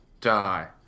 die